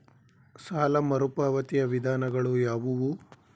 ಸಾಲ ಮರುಪಾವತಿಯ ವಿಧಾನಗಳು ಯಾವುವು?